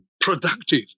productive